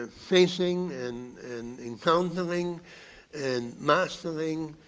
ah facing and and encountering and mastering